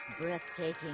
breathtaking